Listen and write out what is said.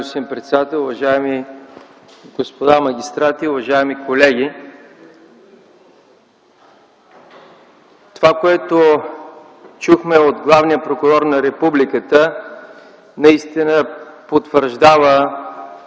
уважаеми господа магистрати, уважаеми колеги! Това, което чухме от главния прокурор на Републиката, наистина потвърждава